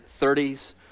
30s